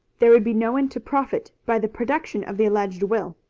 there would be no one to profit by the production of the alleged will.